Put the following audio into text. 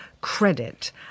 credit